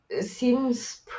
seems